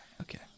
Okay